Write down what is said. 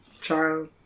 Child